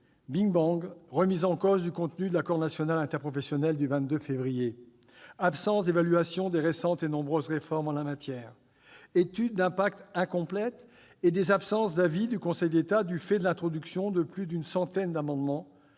big-bang et remise en cause du contenu de l'accord national interprofessionnel du 22 février ; absence d'évaluation des récentes et nombreuses réformes en la matière ; étude d'impact incomplète et absences d'avis du Conseil d'État du fait de l'introduction de plus d'une centaine d'amendements,